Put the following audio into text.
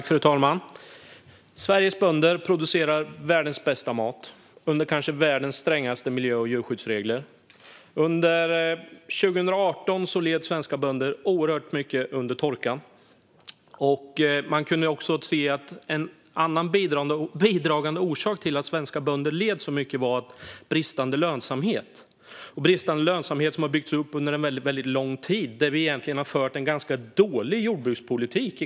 Fru talman! Sveriges bönder producerar världens bästa mat under världens kanske strängaste miljö och djurskyddsregler. Under 2018 led svenska bönder svårt av torkan. En annan bidragande orsak till svenska bönders lidande är den bristande lönsamhet som byggts upp under lång tid på grund av att vi under 30, 40, 50 år har fört en ganska dålig jordbrukspolitik.